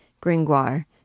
Gringoire